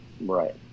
Right